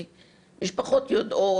משפחות יודעות,